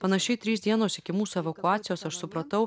panašiai trys dienos iki mūsų evakuacijos aš supratau